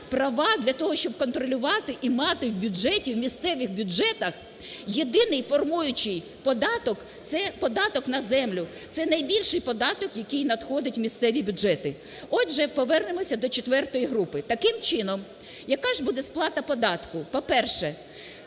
для того, щоб контролювати і мати в бюджеті, в місцевих бюджетах єдиний формуючий податок - це податок на землю. Це найбільший податок, який надходить в місцеві бюджети. Отже, повернемося до четвертої групи. Таким чином, яка ж буде сплата податку? По-перше,